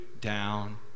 down